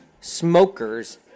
smokers